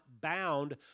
bound